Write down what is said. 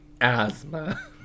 asthma